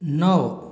नौ